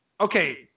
Okay